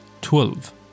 Twelve